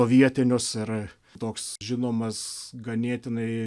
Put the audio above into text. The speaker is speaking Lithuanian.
vietinius ir toks žinomas ganėtinai